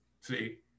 See